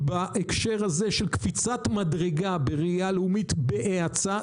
בהקשר הזה של קפיצת מדרגה בראיה לאומית בהאצה,